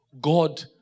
god